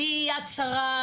מ"יד שרה",